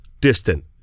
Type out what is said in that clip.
distant